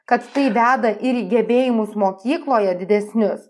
kad tai veda ir į gebėjimus mokykloje didesnius